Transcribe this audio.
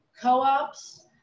Co-ops